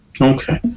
okay